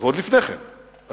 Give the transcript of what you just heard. ועוד לפני כן עשינו.